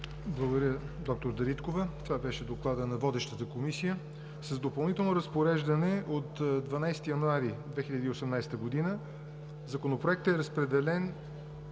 Благодаря, доктор Дариткова. Това беше докладът на водещата комисия. С допълнително разпореждане от 12 януари 2018 г. Законопроектът е разпределен